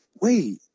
wait